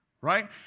right